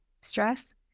stress